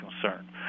concern